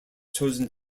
chosen